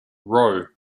rowe